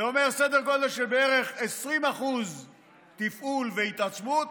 זה אומר סדר גודל של בערך 20% לתפעול והתעצמות,